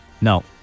no